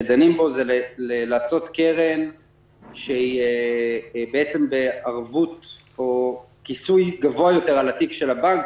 הרעיון שדנים בו הוא לעשות קרן בכיסוי גבוה יותר על התיק של הבנק,